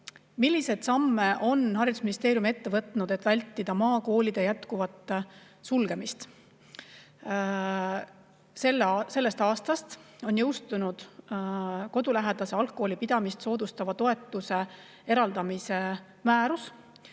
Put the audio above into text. samme on haridusministeerium ette võtnud, et vältida maakoolide jätkuvat sulgemist? Sellest aastast on jõustunud kodulähedase algkooli pidamist soodustava toetuse eraldamise määrus,